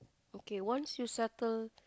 okay once you settle